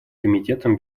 комитетом